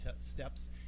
steps